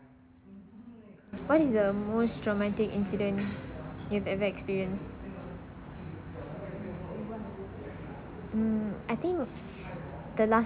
what is the most traumatic incident you've ever experience mm I think the la~